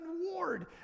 ward